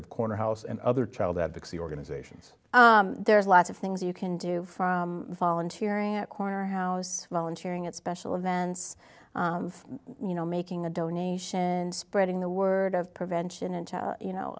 of corner house and other child advocacy organizations there's lots of things you can do from volunteering at corner house volunteering at special events you know making a donation and spreading the word of prevention and you know